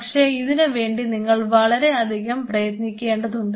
പക്ഷേ ഇതിനുവേണ്ടി നിങ്ങൾ വളരെ അധികം പ്രയത്നിക്കേണ്ടതുണ്ട്